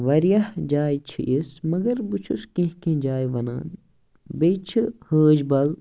واریاہ جایہِ چھِ اِژھ مگر بہٕ چھُس کیٚنہہ کیٚنہہ جایہِ وَنان بیٚیہِ چھِ حٲج بَل